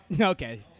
Okay